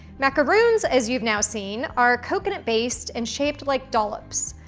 macaroons, as you've now seen, are coconut based and shaped like dollops.